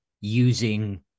using